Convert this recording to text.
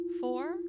four